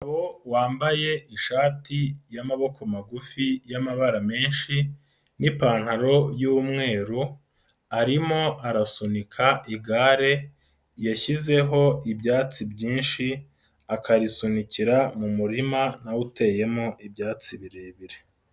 Umugabo wambaye ishati y'amaboko magufi y'amabara menshi n'ipantaro y'umweru, arimo arasunika igare, yashyizeho ibyatsi byinshi, akarisunikira mu murima na wo uteyemo ibyatsi birebire.